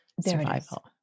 survival